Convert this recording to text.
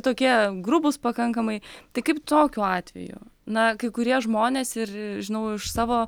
tokie grubūs pakankamai tai kaip tokiu atveju na kai kurie žmonės ir žinau iš savo